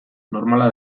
normala